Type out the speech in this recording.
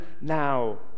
now